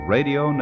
Radio